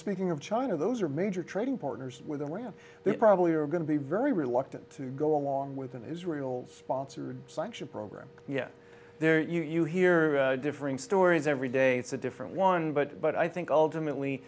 speaking of china those are major trading partners were there and they probably are going to be very reluctant to go along with an israel sponsored sanction program yet there you hear differing stories every day it's a different one but but i think ultimately